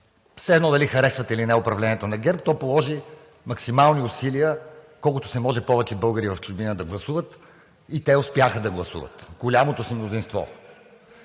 Все едно дали харесвате или не управлението на ГЕРБ, то положи максимални усилия колкото се може повече българи в чужбина да гласуват и те в голямото си мнозинство